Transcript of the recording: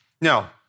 Now